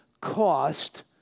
cost